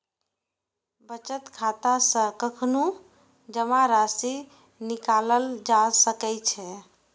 बचत खाता सं कखनहुं जमा राशि निकालल जा सकै छै